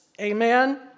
Amen